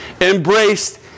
embraced